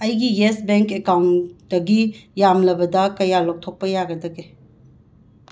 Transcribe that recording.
ꯑꯩꯒꯤ Yes Bank ꯑꯦꯀꯥꯎꯟꯇꯒꯤ ꯌꯥꯝꯂꯕꯗ ꯀꯌꯥ ꯂꯧꯊꯣꯛꯄ ꯌꯥꯒꯗꯒꯦ